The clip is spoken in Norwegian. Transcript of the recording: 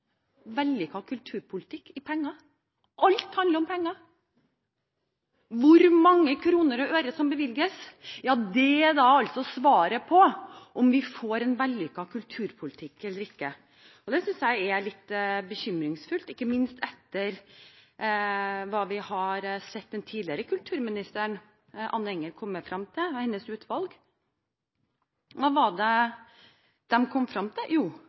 vellykket kulturpolitikk i penger – alt handler om penger. Hvor mange kroner og øre som bevilges, er svaret på om vi får en vellykket kulturpolitikk eller ikke. Dette synes jeg er litt bekymringsfullt, ikke minst etter at vi har sett hva utvalget til tidligere kulturminister Anne Enger kom frem til. Hva kom de frem til? Jo,